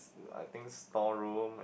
I think store room